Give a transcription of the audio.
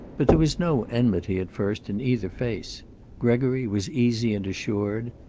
but there was no enmity at first in either face gregory was easy and assured,